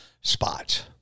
spots